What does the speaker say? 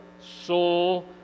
soul